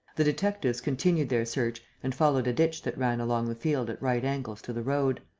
the detectives continued their search and followed a ditch that ran along the field at right angles to the road.